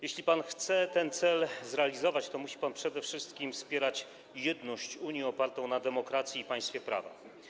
Jeśli pan chce ten cel zrealizować, to musi pan przede wszystkim wspierać jedność Unii opartą na demokracji i państwie prawa.